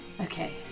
Okay